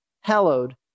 hallowed